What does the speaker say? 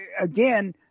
again